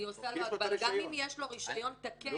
גם אם יש לו רישיון תקף,